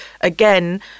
Again